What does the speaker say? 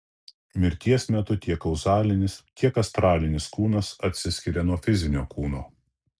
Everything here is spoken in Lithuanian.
mirties metu tiek kauzalinis tiek astralinis kūnas atsiskiria nuo fizinio kūno